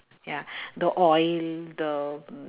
ya the oil the